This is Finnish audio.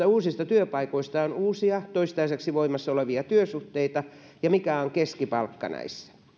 uusista työpaikoista on uusia toistaiseksi voimassa olevia työsuhteita ja mikä on keskipalkka näissä